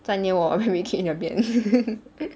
站那边看我 making your bed